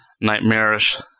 nightmarish